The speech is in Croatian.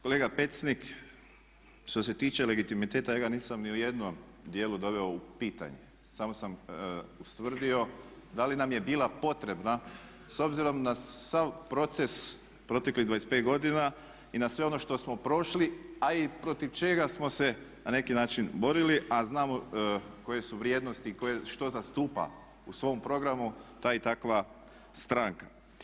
Kolega Pecnik, što se tiče legitimiteta ja ga nisam ni u jednom dijelu doveo u pitanje, samo sam ustvrdio da li nam je bila potrebna s obzirom na sav proces proteklih 25 godina i na sve ono što smo prošli a i protiv čega smo se na neki način borili a znamo koje u vrijednosti i što zastupa u svom programu ta i takva stranka.